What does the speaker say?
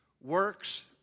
works